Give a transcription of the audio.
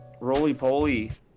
roly-poly